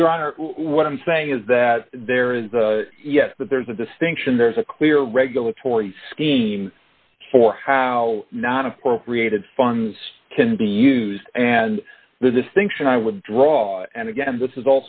your honor what i'm saying is that there is a yes but there's a distinction there's a clear regulatory scheme for how not appropriated funds can be used and the distinction i would draw and again this is